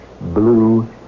Blue